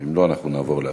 ואם לא, אנחנו נעבור להצבעה.